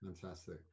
Fantastic